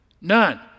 None